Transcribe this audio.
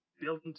building